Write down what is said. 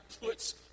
puts